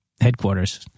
headquarters